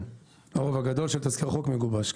הרוב הגדול של תזכיר החוק מגובש.